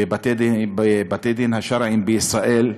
בבתי-הדין השרעיים בישראל,